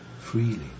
freely